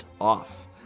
off